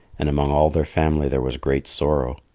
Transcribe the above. and among all their family there was great sorrow.